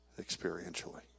experientially